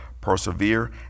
persevere